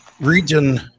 Region